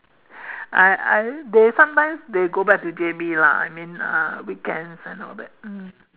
I I they sometimes they go back to J_B lah I mean uh like weekends and all that mm